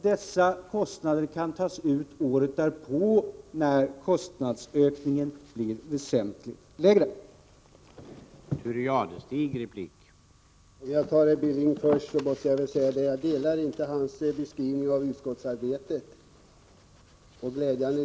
Dessa kostnader kan tas ut året därpå när kostnadsökningen blir väsentligt lägre.